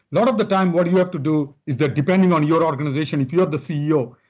lot of the time what you have to do is that depending on your organization, if you're the ceo,